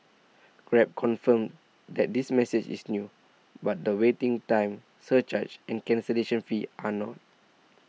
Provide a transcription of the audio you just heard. grab confirms that this message is new but the waiting time surcharge and cancellation fee are not